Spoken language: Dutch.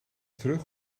terug